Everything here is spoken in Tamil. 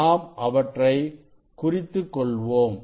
நாம் அவற்றைக் குறித்துக் கொள்வோம்